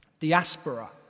diaspora